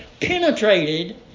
penetrated